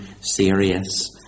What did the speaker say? Serious